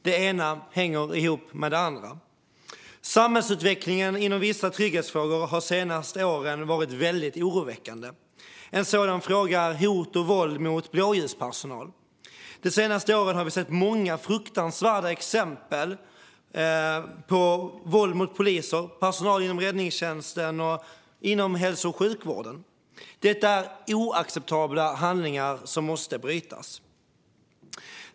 Det ena hänger ihop med det andra. Samhällsutvecklingen när det gäller vissa trygghetsfrågor har de senaste åren varit väldigt oroväckande. En sådan fråga är hot och våld mot blåljuspersonal. De senaste åren har vi sett många fruktansvärda exempel på våld mot poliser samt mot personal inom räddningstjänsten och hälso och sjukvården. Detta är oacceptabla handlingar som måste stoppas.